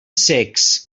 cecs